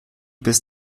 bis